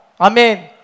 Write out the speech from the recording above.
Amen